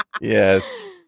Yes